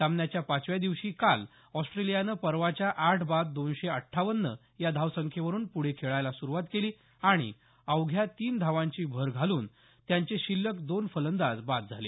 सामन्याच्या पाचव्या दिवशी काल ऑस्ट्रेलियानं परवाच्या आठ बाद दोनशे अद्वावन्न या धावसंख्येवरून पूढे खेळायला सुरुवात केली आणि अवघ्या तीन धावांची भर घालून त्यांचे शिल्लक दोन फलंदाज बाद झाले